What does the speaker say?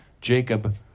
jacob